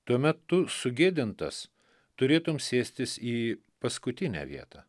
tuomet tu sugėdintas turėtum sėstis į paskutinę vietą